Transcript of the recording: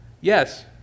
yes